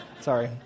Sorry